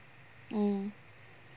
mm